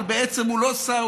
אבל בעצם הוא לא שר,